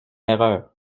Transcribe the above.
erreur